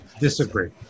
Disagree